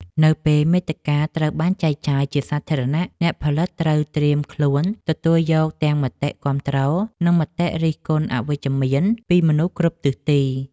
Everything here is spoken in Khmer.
នៅពេលមាតិកាត្រូវបានចែកចាយជាសាធារណៈ អ្នកផលិតត្រូវត្រៀមខ្លួនទទួលយកទាំងមតិគាំទ្រ និងមតិរិះគន់អវិជ្ជមានពីមនុស្សគ្រប់ទិសទី។